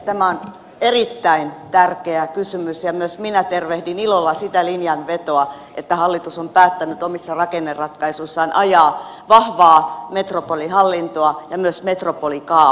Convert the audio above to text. tämä on erittäin tärkeä kysymys ja myös minä tervehdin ilolla sitä linjanvetoa että hallitus on päättänyt omissa rakenneratkaisuissaan ajaa vahvaa metropolihallintoa ja myös metropolikaavaa